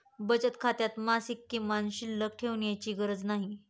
बचत खात्यात मासिक किमान शिल्लक ठेवण्याची गरज नाही